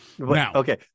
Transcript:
Okay